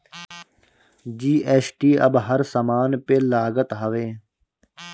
GST अब हर समान पे लागत हवे